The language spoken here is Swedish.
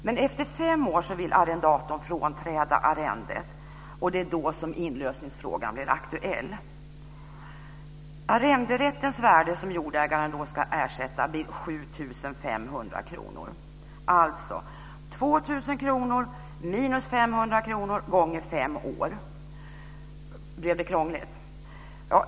Men efter fem år vill arrendatorn frånträda arrendet. Det är då som inlösningsfrågan blir aktuell. Arrenderättens värde, som jordägaren då ska ersätta, blir 7 500 kr, alltså 2 000 kr minus 500 kr gånger fem år. Blev det krångligt?